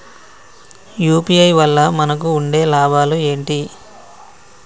UPI వల్ల మనకు ఉండే లాభాలు ఏంటి?